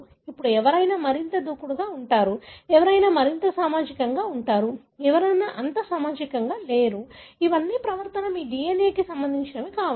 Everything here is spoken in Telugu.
ఇప్పుడు ఎవరైనా మరింత దూకుడుగా ఉంటారు ఎవరైనా మరింత సామాజికంగా ఉంటారు ఎవరైనా అంత సామాజికంగా లేరు ఇవన్నీ ప్రవర్తన మీ DNA కి సంబంధించినవి కావచ్చు